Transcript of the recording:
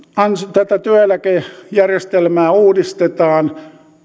tätä työeläkejärjestelmää uudistetaan